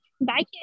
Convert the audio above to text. Bye